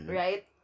right